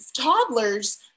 toddlers